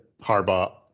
Harbaugh